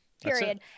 Period